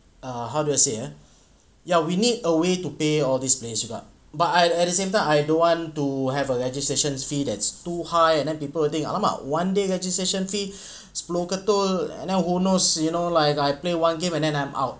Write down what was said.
uh how do I say ah ya we need a way to pay or displays but but I at the same time I don't want to have a registration fee that's too high and then people will think !alamak! one day registration fee sepuluh ketul and then who knows you know like I play one game and then I'm out